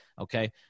Okay